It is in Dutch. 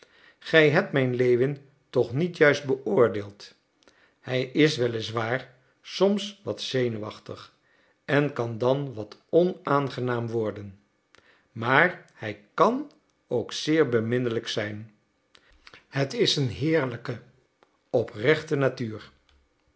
gij hebt mijn lewin toch niet juist beoordeeld hij is wel is waar soms wat zenuwachtig en kan dan wat onaangenaam worden maar hij kan ook zeer beminnelijk zijn het is een heerlijke oprechte natuur